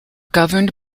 governed